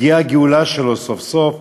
הגיעה הגאולה שלו סוף-סוף,